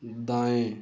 दाएँ